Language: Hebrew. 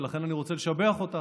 ולכן אני רוצה לשבח אותך.